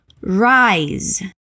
Rise